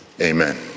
amen